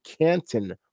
Canton